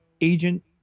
Agent